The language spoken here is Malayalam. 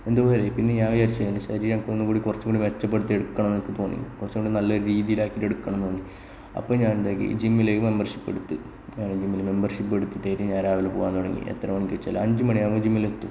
എന്തോപോലെ ആയി പിന്നെ ഞാന് ഞാൻ വിചാരിച്ച് ശരീരം ഒന്നുകൂടെ കുറച്ചും കൂടെ മെച്ചപ്പെടുത്തി എടുക്കണമെന്ന് എനിക്ക് തോന്നി കുറച്ചും കൂടി നല്ലൊരു രീതിയിൽ ആക്കിയിട്ട് എടുക്കണമെന്ന് എനിക്ക് തോന്നി അപ്പം ഞാൻ എന്താക്കി ജിമ്മില് മെമ്പർഷിപ്പ് എടുത്ത് അവിടെ മെമ്പർഷിപ്പ് എടുത്തിട്ടാണ് അതില് ഞാൻ രാവിലെ പോകാൻ തുടങ്ങി എത്രമണിക്ക് എന്നു വച്ചാല് അഞ്ച് മണിയാകുമ്പോൽ ജിമ്മില് എത്തും